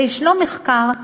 וישנו מחקר,